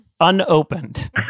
unopened